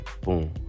Boom